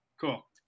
cool